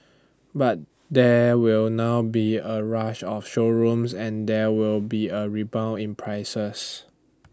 but there will now be A rush of showrooms and there will be A rebound in prices